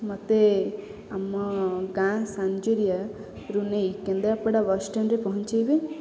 ମୋତେ ଆମ ଗାଁ ସାଞ୍ଜରିଆ ରୁ ନେଇ କେନ୍ଦ୍ରାପଡ଼ା ବସ୍ ଷ୍ଟାଣ୍ଡରେ ପହଞ୍ଚାଇବେ